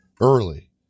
early